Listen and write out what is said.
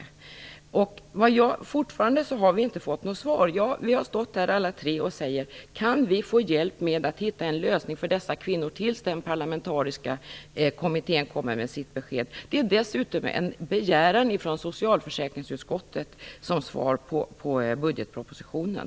Vi står här alla tre, och fortfarande har vi inte fått något svar på hur vi kan få hjälp med att hitta en lösning för dessa kvinnor tills dess den parlamentariska kommittén kommer med sitt besked. Det är dessutom en begäran från socialförsäkringsutskottet, som svar på budgetpropositionen.